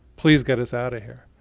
please get us out of here.